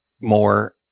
more